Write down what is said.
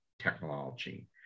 technology